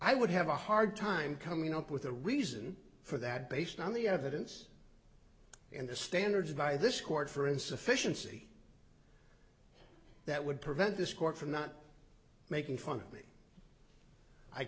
i would have a hard time coming up with a reason for that based on the evidence and the standards by this court for insufficiency that would prevent this court from not making fun of me i